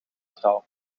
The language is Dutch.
trouw